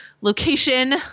location